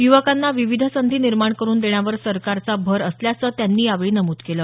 युवकांना विविध संधी निर्माण करुन देण्यावर सरकारचा भर असल्याचं त्यांनी यावेळी नमूद केलं